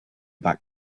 back